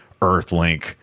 Earthlink